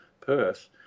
Perth